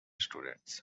students